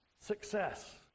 success